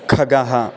खगः